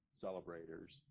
celebrators